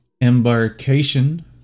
embarkation